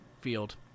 field